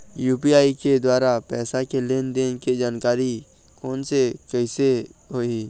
UPI के द्वारा पैसा के लेन देन के जानकारी फोन से कइसे होही?